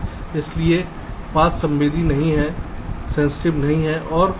इसलिए पथ संवेदी नहीं है और फॉल्स है